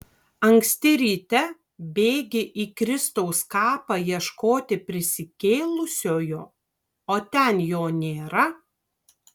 anksti ryte bėgi į kristaus kapą ieškoti prisikėlusiojo o ten jo nėra